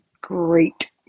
great